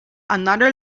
another